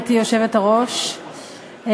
גברתי היושבת-ראש,